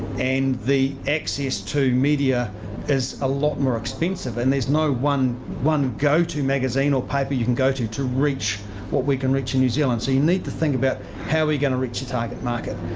and the access to media is a lot more expensive, and there's no one one go to magazine or paper you can go to, to reach what we can reach in new zealand. so, you need to think about how we're going to reach your target market,